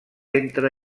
entre